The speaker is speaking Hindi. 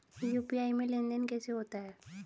यू.पी.आई में लेनदेन कैसे होता है?